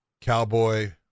cowboy